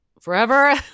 forever